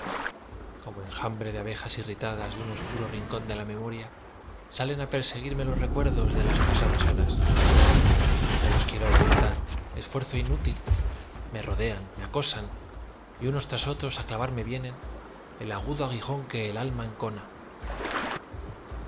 como enjambre de abejas irritadas de un oscuro rincón de la memoria salen á perseguirme los recuerdos de las pasadas horas yo los quiero ahuyentar esfuerzo inútil me rodean me acosan y unos tras otros á clavarme vienen el agudo aguijón que el alma encona